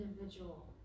individual